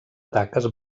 taques